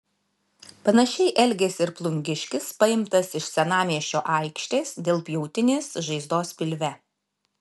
panašiai elgėsi ir plungiškis paimtas iš senamiesčio aikštės dėl pjautinės žaizdos pilve